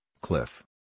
cliff